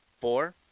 four